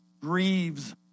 grieves